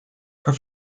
her